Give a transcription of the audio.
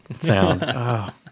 sound